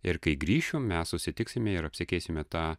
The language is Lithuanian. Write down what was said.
ir kai grįšiu mes susitiksime ir apsikeisime ta